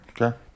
okay